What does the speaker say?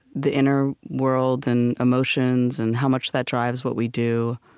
the inner world and emotions and how much that drives what we do,